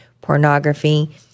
pornography